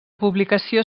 publicació